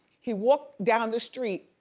he walked down the street,